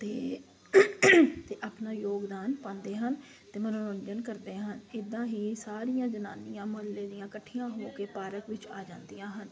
ਅਤੇ ਅਤੇ ਆਪਣਾ ਯੋਗਦਾਨ ਪਾਉਂਦੇ ਹਨ ਅਤੇ ਮੰਨੋਰੰਜਨ ਕਰਦੇ ਹਨ ਇੱਦਾਂ ਹੀ ਸਾਰੀਆਂ ਜਨਾਨੀਆਂ ਮਹੱਲੇ ਦੀਆਂ ਇਕੱਠੀਆਂ ਹੋ ਕੇ ਪਾਰਕ ਵਿੱਚ ਆ ਜਾਂਦੀਆਂ ਹਨ